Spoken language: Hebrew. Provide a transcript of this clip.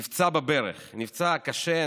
נפצע בברך, נפצע קשה.